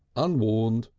unwarned,